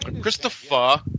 Christopher